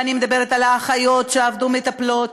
ואני מדברת על האחיות שעבדו כמטפלות.